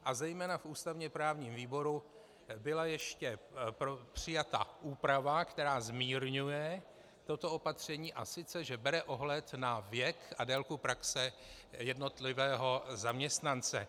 A zejména v ústavněprávním výboru byla ještě přijata úprava, která zmírňuje toto opatření, a sice že bere ohled na věk a délku praxe jednotlivého zaměstnance.